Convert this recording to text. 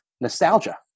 nostalgia